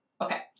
Okay